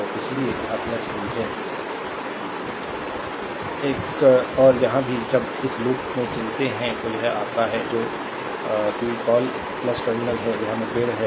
तो इसीलिए यह v है 1 और यहाँ भी जब इस लूप में चलते हैं तो यह आपका है जो कॉल टर्मिनल है यह मुठभेड़ है